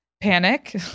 panic